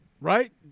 right